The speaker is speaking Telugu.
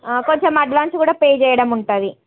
కొంచెం అడ్వాన్స్ కూడా పే చేయడం ఉంటుంది